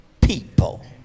people